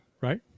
right